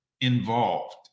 involved